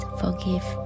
forgive